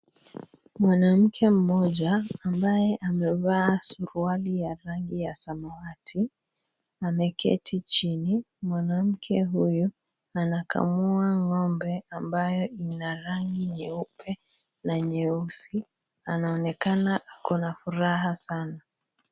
Mwanamke mmoja ambaye amevaa suruali ya rangi ya samawati. Ameketi chini, mwanamke huyu anakamua ng'ombe ambayo ina rangi nyeupa na nyeusi. Anaonekana ako na furaha sana.